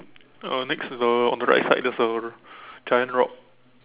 uh next is the on the right side there's a giant rock